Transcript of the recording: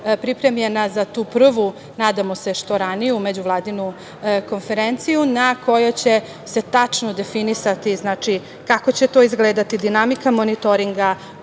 pripremljena za tu prvu, nadamo se što raniju, međuvladinu konferenciju na kojoj će se tačno definisati kako će to izgledati, dinamika monitoringa,